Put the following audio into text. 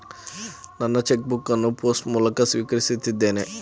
ನನ್ನ cheque book ಅನ್ನು post ಮೂಲಕ ಸ್ವೀಕರಿಸಿದ್ದೇನೆ